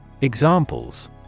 Examples